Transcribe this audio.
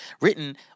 written